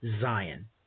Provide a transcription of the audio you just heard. Zion